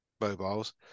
mobiles